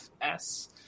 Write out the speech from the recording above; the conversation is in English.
FS